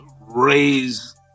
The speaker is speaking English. raise